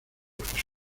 porque